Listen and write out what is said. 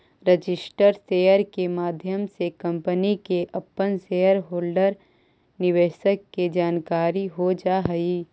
registered share के माध्यम से कंपनी के अपना शेयर होल्डर निवेशक के जानकारी हो जा हई